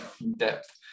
in-depth